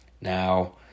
Now